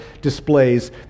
displays